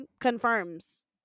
confirms